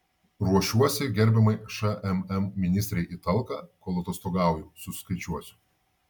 ruošiuosi gerbiamai šmm ministrei į talką kol atostogauju suskaičiuosiu